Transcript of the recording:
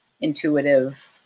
intuitive